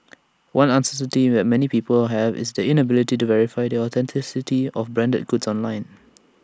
one uncertainty many people have is the inability to verify the authenticity of branded goods online